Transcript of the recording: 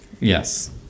Yes